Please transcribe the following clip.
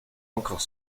encore